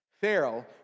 Pharaoh